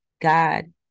God